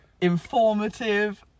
informative